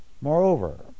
Moreover